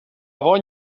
bon